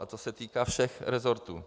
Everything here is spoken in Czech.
A to se týká všech resortů.